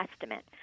estimate